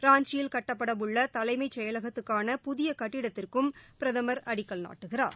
ராஞ்சியில் கட்டப்பட உள்ள தலைமை செயலகத்துக்கான புதிய கட்டிடடத்திற்கும் பிரதமா் அடிக்கல் நாட்டுகிறார்